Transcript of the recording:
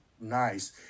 Nice